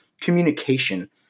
communication